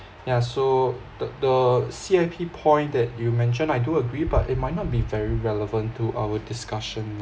yeah so the the C_I_P point that you mentioned I do agree but it might not be very relevant to our discussion